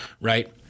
Right